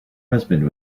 husband